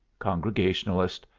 congregationalist,